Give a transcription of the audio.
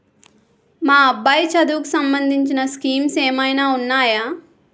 మా అబ్బాయి చదువుకి సంబందించిన స్కీమ్స్ ఏమైనా ఉన్నాయా?